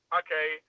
okay